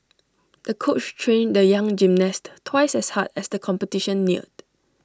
the coach trained the young gymnast twice as hard as the competition neared